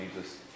Jesus